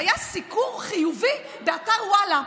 שהיה סיקור חיובי באתר וואלה.